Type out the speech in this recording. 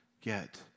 get